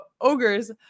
ogres